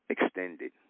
extended